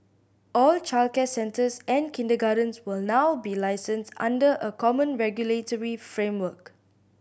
all childcare centres and kindergartens will now be licensed under a common regulatory framework